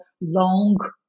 long